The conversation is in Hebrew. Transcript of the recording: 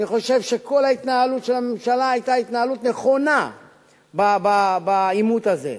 אני חושב שכל ההתנהלות של הממשלה היתה התנהלות נכונה בעימות הזה.